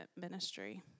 ministry